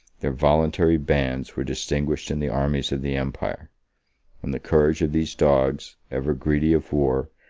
their voluntary bands were distinguished in the armies of the empire and the courage of these dogs, ever greedy of war,